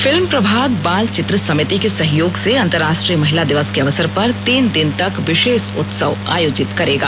film प्रभाग बाल चित्र समिति के सहयोग से अंतर्राष्ट्रीय महिला दिवस के अवसर पर तीन दिन तक विशेष उत्सव आयोजित करेगा